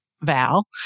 Val